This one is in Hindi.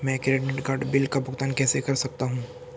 मैं क्रेडिट कार्ड बिल का भुगतान कैसे कर सकता हूं?